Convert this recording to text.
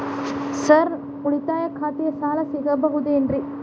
Sir ನನ್ನ ಉಳಿತಾಯ ಖಾತೆಯ ಸಾಲ ಸಿಗಬಹುದೇನ್ರಿ?